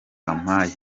ampaye